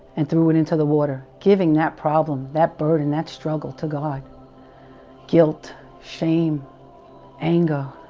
and threw it into the water giving that problem that burden that struggle to god guilt shame anger